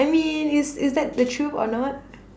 I mean is is that the truth or not